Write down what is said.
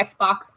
Xbox